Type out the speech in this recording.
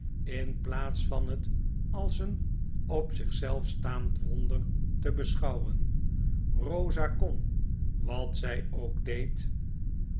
in plaats van het als een op zich zelf staand wonder te beschouwen eosa kon wat zy ook deed